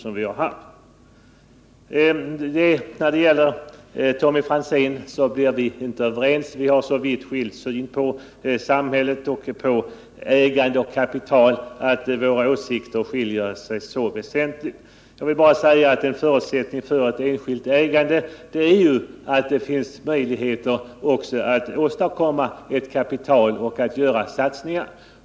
Tommy Franzén och jag kommer inte att bli överens — vi har så väsentligt skilda åsikter i fråga om samhälle, ägande och kapital. En förutsättning för ett enskilt ägande är att det finns möjlighet att åstadkomma ett kapital och att göra satsningar.